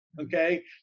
okay